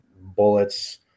bullets